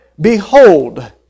Behold